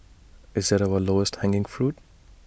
is IT our lowest hanging fruit